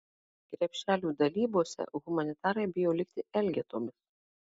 krepšelių dalybose humanitarai bijo likti elgetomis